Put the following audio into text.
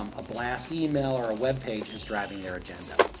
um ah blast email or web page is driving their agenda.